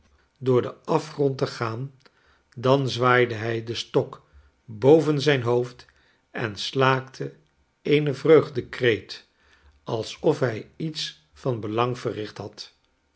door den afgrond te gaan dan zwaaide hij den stok boven zijn hoofd en slaakteeen vreugdekreet alsof hij iets van belang verricht had